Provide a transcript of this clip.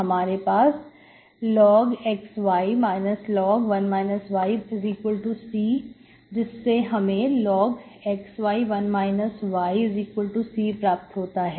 हमारे पास log xy log⁡C जिससे हमें log xy1 y C प्राप्त होता है